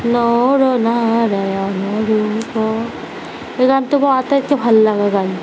নৰ নাৰায়ণ ৰূপ এই গানটো মই আটাইতকৈ ভাল লগা গান